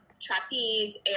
trapeze